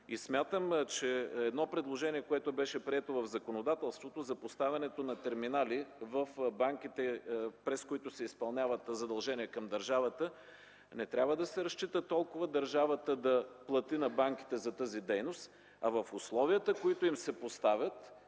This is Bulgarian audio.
Смятам, че предложението, което беше прието в законодателството за поставянето на терминали в банките, през които се изпълняват задължения към държавата, не трябва да се разчита толкова държавата да плати на банките за тази дейност, а на условията, които им се поставят.